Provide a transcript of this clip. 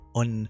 on